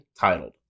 titled